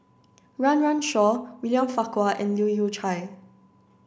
Run Run Shaw William Farquhar and Leu Yew Chye